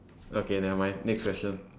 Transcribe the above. okay never mind next question